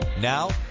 Now